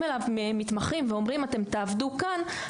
אליו מתמחים ואומרים "אתם תעבדו כאן",